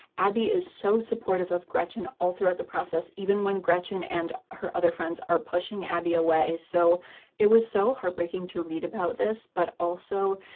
abby is so supportive of gretchen all throughout the process, even when gretchen and her other friends are pushing abby away. so it was so heartbreaking to read about this, but also,